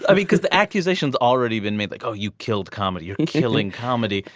ah because the accusations already been made like oh you killed comedy you're killing comedy.